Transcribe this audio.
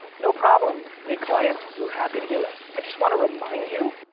no problem big client, we're happy to do it. i just wanna remind you,